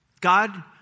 God